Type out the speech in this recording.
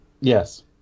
Yes